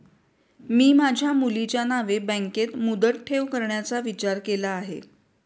मी माझ्या मुलीच्या नावे बँकेत मुदत ठेव करण्याचा विचार केला आहे